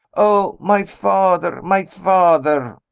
oh, my father! my father!